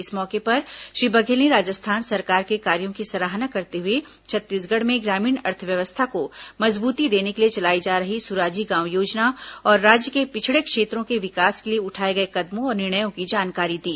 इस मौके पर श्री बघेल ने राजस्थान सरकार के कार्यो की सराहना करते हुए छत्तीसगढ़ में ग्रामीण अर्थव्यवस्था को मजबूती देने के लिए चलाई जा रही सुराजी गांव योजना और राज्य के पिछड़े क्षेत्रों के विकास के लिए उठाए गए कदमों और निर्णयों की जानकारी दी